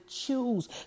choose